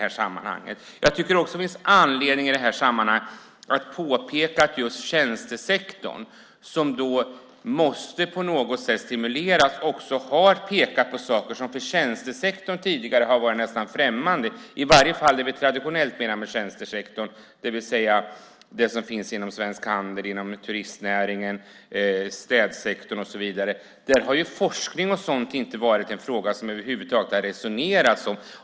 Jag tycker också att det finns anledning att i det här sammanhanget säga att just tjänstesektorn, som på något sätt måste stimuleras, också har pekat på saker som för tjänstesektorn tidigare har varit nästan främmande, i alla fall det som vi traditionellt menar med tjänstesektorn, det vill säga det som finns inom Svensk Handel, turistnäringen, städsektorn och så vidare. Där har forskning och sådant inte varit en fråga som det över huvud taget har resonerats om.